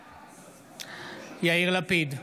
בעד יאיר לפיד,